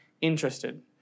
interested